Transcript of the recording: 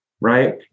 right